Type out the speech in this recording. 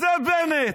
זה בנט.